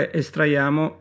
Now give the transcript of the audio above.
estraiamo